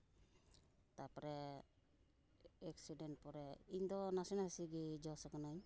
ᱛᱟᱯᱚᱨᱮ ᱮᱠᱥᱤᱰᱮᱱ ᱯᱚᱨᱮ ᱤᱧ ᱫᱚ ᱱᱟᱥᱮ ᱱᱟᱥᱮ ᱜᱮ ᱡᱚᱥᱟᱠᱟᱱᱟᱹᱧ